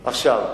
עכשיו,